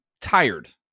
tired